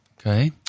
Okay